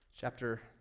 Chapter